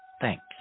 Thanks